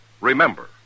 Remember